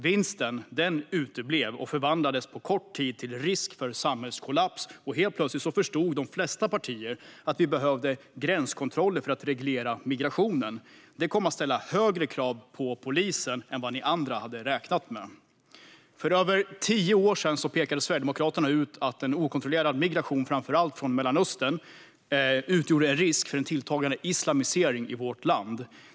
Vinsten uteblev dock och förvandlades på kort tid till risk för samhällskollaps, och helt plötsligt förstod de flesta partier att vi behövde gränskontroller för att reglera migrationen. Detta kom att ställa högre krav på polisen än vad ni andra hade räknat med. För över tio år sedan pekade Sverigedemokraterna på att en okontrollerad migration framför allt från Mellanöstern utgjorde en risk för en tilltagande islamisering i vårt land.